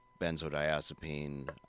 benzodiazepine